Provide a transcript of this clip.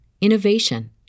innovation